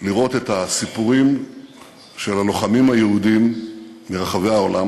לראות את הסיפורים של הלוחמים היהודים ברחבי העולם: